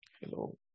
Hello